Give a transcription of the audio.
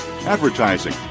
advertising